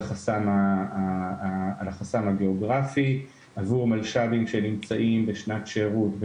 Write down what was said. חסם הגיאוגרפי עבור מלש"בים שנמצאים בשנת שירות,